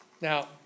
Now